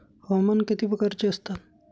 हवामान किती प्रकारचे असतात?